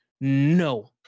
no